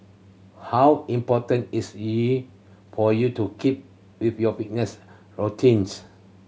how important is it for you to keep with your fitness routines